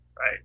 right